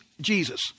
Jesus